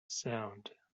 sound